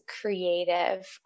creative